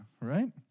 Right